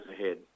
ahead